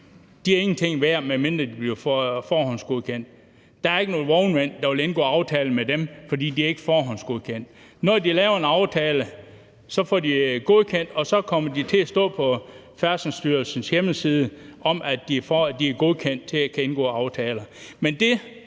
er ingenting værd, medmindre de bliver forhåndsgodkendt. Der er ikke nogen vognmænd, der vil indgå aftale med dem, fordi de ikke er forhåndsgodkendt. Når de laver en aftale, bliver de godkendt, og så kommer der til at stå på Færdselsstyrelsens hjemmeside, at de er godkendt til at kunne indgå aftaler.